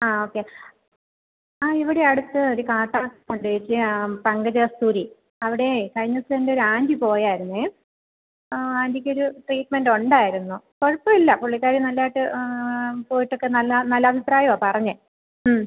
ആ ഓക്കെ ആ ഇവിടെ അടുത്തൊരു ഉണ്ടേച്ചി ആ പങ്കജകസ്തൂരി അവിടേ കഴിഞ്ഞ ദിവസം എൻ്റെ ഒരു ഏൻ്റി പോയിരുന്നു ആ ആൻ്റിക്കൊരു ട്രീറ്റ്മെൻ്റുണ്ടായിരുന്നു കുഴപ്പം ഇല്ല പുള്ളിക്കാരി നല്ലതായിട്ട് പോയിട്ടൊക്കെ നല്ല നല്ല അഭിപ്രായമാണ് പറഞ്ഞത്